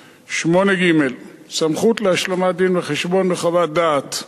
8ג: סמכות להשלמת דין-וחשבון וחוות דעת: